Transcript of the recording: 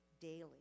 daily